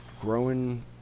growing